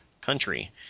Country